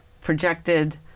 projected